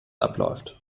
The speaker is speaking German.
abläuft